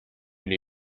new